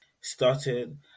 started